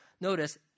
notice